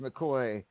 McCoy